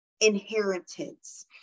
inheritance